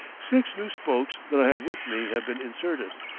six new spokes that i have with me have been inserted,